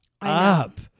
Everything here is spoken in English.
up